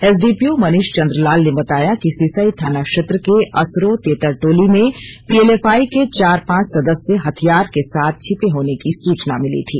SDPO Manish Chandra Lal ने बताया कि सिसई थाना क्षेत्र के असरो तेतरटोली में पीएलएफआई के चार पांच सदस्य हथियार के साथ छिपे होने की सूचना मिली थी